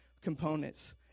components